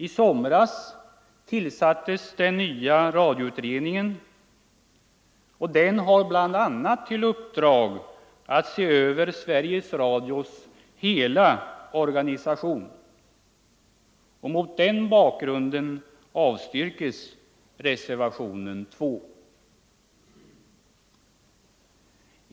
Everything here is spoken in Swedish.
I somras tillsattes den nya radioutredningen. Den har bl.a. i uppdrag att se över Sveriges Radios hela organisation. Mot den bakgrunden avstyrker jag reservationen 2.